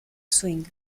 swing